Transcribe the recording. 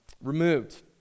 removed